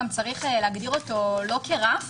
גם צריך להגדיר אותו לא כרף,